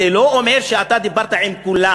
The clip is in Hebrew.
זה לא אומר שאתה דיברת עם כולם.